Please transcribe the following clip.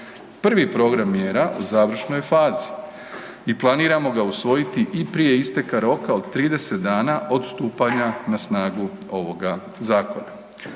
Prvi program mjera je u završnoj fazi i planiramo ga usvojiti i prije isteka roka od 30 dana od stupanja na snagu ovoga zakona.